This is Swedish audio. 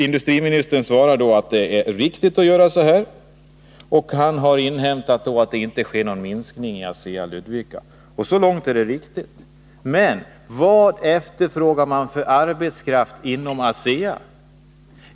Industriministern svarar att det är riktigt att göra så här, och han har inhämtat att det inte sker någon minskning på ASEA i Ludvika. Så långt är det rätt. Men vad efterfrågar man för arbetskraft inom ASEA?